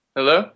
Hello